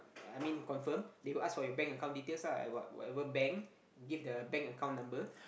I mean confirm they will ask for your bank account details lah like what whatever bank give the bank account number